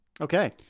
Okay